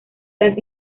las